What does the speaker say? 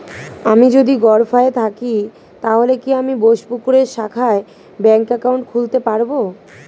আমি যদি গরফায়ে থাকি তাহলে কি আমি বোসপুকুরের শাখায় ব্যঙ্ক একাউন্ট খুলতে পারবো?